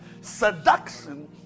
Seduction